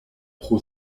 pro